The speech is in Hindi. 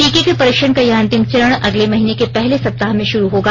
टीके के परीक्षण का यह अंतिम चरण अगले महीने के पहले सप्ताह में शुरू होगा